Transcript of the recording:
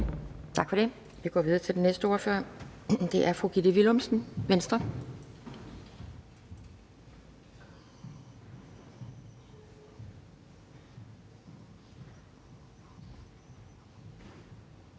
Tak for det. Vi går videre til den næste ordfører. Det er fru Gitte Willumsen, Venstre. Kl.